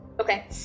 Okay